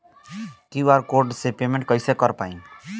QR code से payment कईसे कर पाएम?